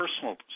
personal